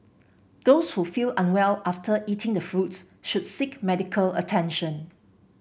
those who feel unwell after eating the fruits should seek medical attention